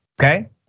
okay